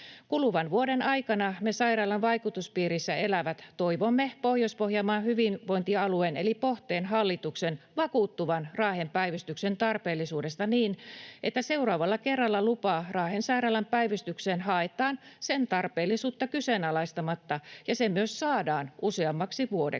Kuluvan vuoden aikana me sairaalan vaikutuspiirissä elävät toivomme Pohjois-Pohjanmaan hyvinvointialueen, eli Pohteen, hallituksen vakuuttuvan Raahen päivystyksen tarpeellisuudesta niin, että seuraavalla kerralla lupaa Raahen sairaalan päivystyksen haetaan sen tarpeellisuutta kyseenalaistamatta ja se myös saadaan useammaksi vuodeksi.